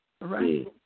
right